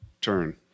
turn